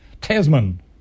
Tasman